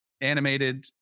Animated